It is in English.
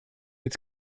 its